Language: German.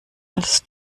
als